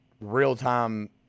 real-time